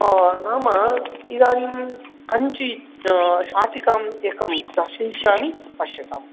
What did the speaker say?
नाम इदानीं काञ्ची शाटिकाम् एकं दर्शयिष्यामि पश्यताम्